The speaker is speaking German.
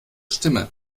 stimme